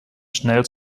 schnell